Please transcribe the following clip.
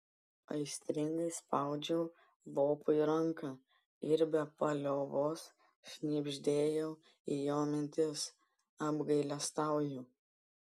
aistringai spaudžiau lopui ranką ir be paliovos šnibždėjau į jo mintis apgailestauju